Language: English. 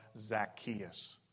Zacchaeus